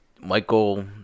Michael